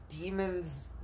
Demons